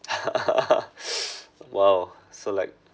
!wow! so like